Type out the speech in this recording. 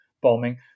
bombing